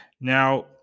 Now